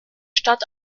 stadt